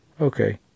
Okay